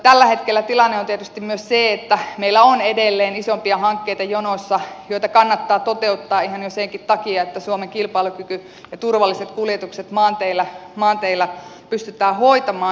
tällä hetkellä tilanne on tietysti myös se että meillä on edelleen isompia hankkeita jonossa joita kannattaa toteuttaa ihan jo senkin takia että suomen kilpailukyky ja turvalliset kuljetukset maanteillä pystytään hoitamaan